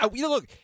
look